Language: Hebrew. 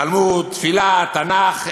תלמוד, תפילה, תנ"ך.